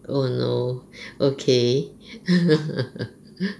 oh no okay